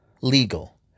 Legal